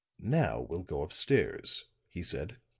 now we'll go upstairs, he said.